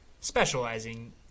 specializing